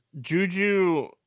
Juju